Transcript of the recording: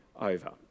over